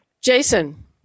Jason